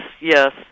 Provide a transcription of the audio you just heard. yes